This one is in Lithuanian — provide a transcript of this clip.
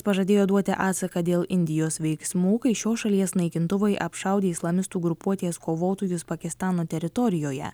pažadėjo duoti atsaką dėl indijos veiksmų kai šios šalies naikintuvai apšaudė islamistų grupuotės kovotojus pakistano teritorijoje